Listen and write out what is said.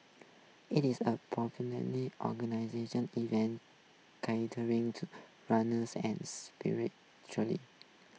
it is a organization event to runners and spirit